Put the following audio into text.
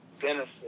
benefit